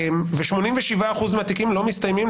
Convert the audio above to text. ו-87% מהתיקים לא מסתיימים,